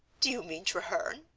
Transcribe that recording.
do you mean treherne?